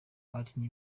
abakinnyi